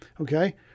okay